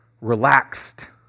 relaxed